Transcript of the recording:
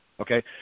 Okay